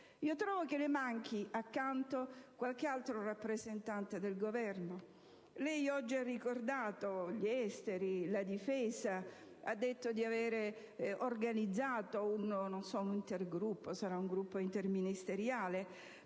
Trovo che le manchi accanto qualche altro rappresentante del Governo. Lei oggi ha ricordato gli Esteri e la Difesa, ha detto di avere organizzato un intergruppo (non so, sarà